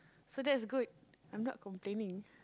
so that's good I'm not complaining